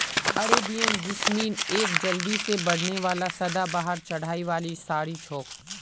Arabian jasmine एक जल्दी से बढ़ने वाला सदाबहार चढ़ाई वाली झाड़ी छोक